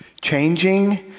Changing